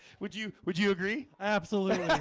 would you would you agree absolutely?